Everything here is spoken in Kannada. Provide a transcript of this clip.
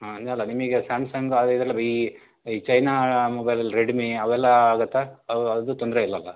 ಹಾಂ ಹಂಗಲ್ಲ ನಿಮಗೆ ಸ್ಯಾಮ್ಸಂಗ್ ಅವು ಇವೆಲ್ಲ ಈ ಈ ಚೈನಾ ಮೊಬೈಲಲ್ಲಿ ರೆಡ್ಮಿ ಅವೆಲ್ಲ ಆಗುತ್ತಾ ಅವು ಅದು ತೊಂದರೆ ಇಲ್ಲಲ್ಲಾ